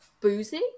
boozy